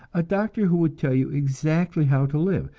a doctor who would tell you exactly how to live,